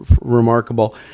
remarkable